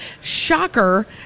shocker